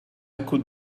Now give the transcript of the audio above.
could